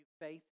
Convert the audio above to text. faith